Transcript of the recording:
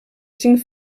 cinc